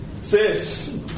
sis